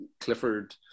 Clifford